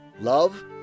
love